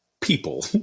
people